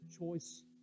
choice